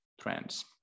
trends